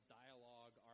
dialogue